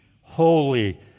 holy